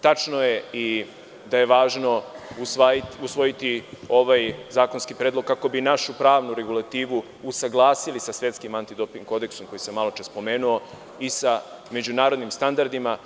Tačno je i da je važno usvojiti ovaj zakonski predlog kako bi našu pravnu regulativu usaglasili sa Svetskim antidoping kodeksom, koji sam maločas pomenuo, i sa međunarodnim standardima.